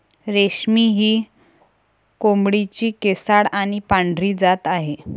रेशमी ही कोंबडीची केसाळ आणि पांढरी जात आहे